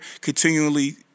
continually